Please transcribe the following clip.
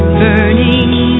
burning